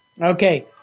Okay